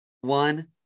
one